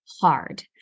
hard